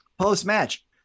post-match